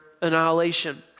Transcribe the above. annihilation